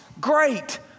great